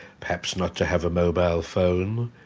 perhaps not to have a mobile phone,